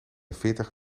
veertig